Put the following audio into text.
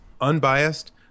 unbiased